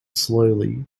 slowly